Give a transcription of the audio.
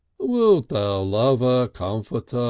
wiltou lover, cumfer,